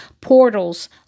portals